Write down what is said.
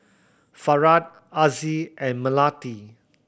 Farah Aziz and Melati